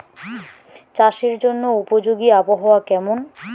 চাষের জন্য উপযোগী আবহাওয়া কেমন?